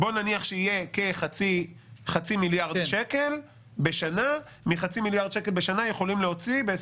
כחצי מיליארד שקל בשנה אפשר יהיה להוציא,